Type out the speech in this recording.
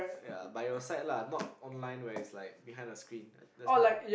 ya by your side lah not online where is like behind a screen that's more